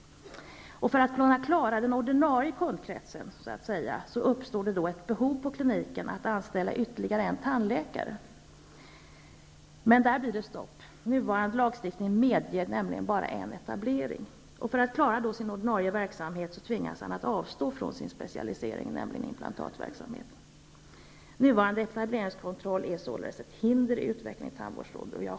För att klara den ordinarie kundkretsen uppstår det då ett behov på kliniken att anställa ytterligare en tandläkare. Men där blir det stopp. Nuvarande lagstiftning medger nämligen bara en etablering. För att klara sin ordinarie verksamhet tvingas han att avstå från sin specialisering, nämligen implantatverksamhet. Nuvarande etableringskontroll är således ett hinder för utvecklingen av tandvården.